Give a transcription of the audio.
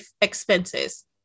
expenses